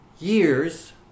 years